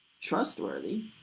trustworthy